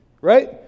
Right